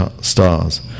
stars